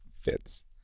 fits